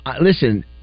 listen